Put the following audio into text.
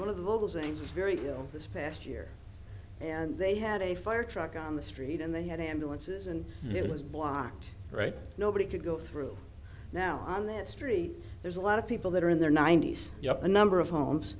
zings was very ill this past year and they had a fire truck on the street and they had ambulances and it was blocked right nobody could go through now on that street there's a lot of people that are in their ninety's yup a number of homes